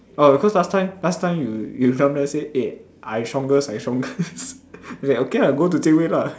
orh because last time last time you you sometimes say eh I strongest I strongest okay lah go to Jian-Hui lah